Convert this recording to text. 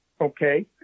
Okay